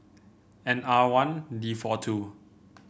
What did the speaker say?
N R one D four two